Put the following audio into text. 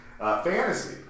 fantasy